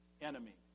enemy